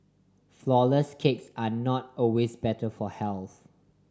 flourless cakes are not always better for health